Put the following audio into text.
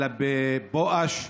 אלא בבואש.